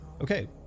Okay